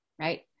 Right